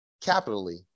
capitally